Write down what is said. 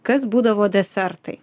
kas būdavo desertai